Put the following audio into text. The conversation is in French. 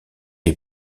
est